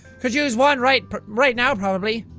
could use one right right now probably.